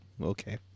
Okay